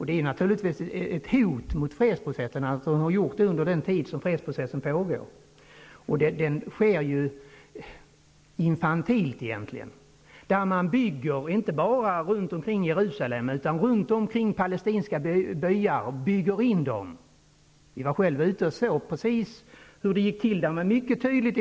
Det är naturligvis ett hot mot fredsprocessen att det skett under den tid fredsprocessen pågår. Det sker egentligen infantilt: man bygger, inte bara runt omkring Jerusalem, utan runt omkring palestinska byar. Man bygger in dem. Vi var själva ute och såg precis hur det gick till.